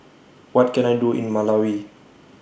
What Can I Do in Malawi